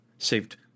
Saved